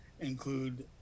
include